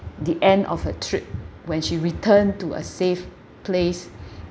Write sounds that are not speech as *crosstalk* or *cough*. the end of our trip when she returned to a safe place *breath*